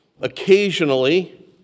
Occasionally